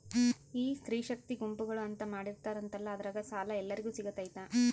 ಈ ಸ್ತ್ರೇ ಶಕ್ತಿ ಗುಂಪುಗಳು ಅಂತ ಮಾಡಿರ್ತಾರಂತಲ ಅದ್ರಾಗ ಸಾಲ ಎಲ್ಲರಿಗೂ ಸಿಗತೈತಾ?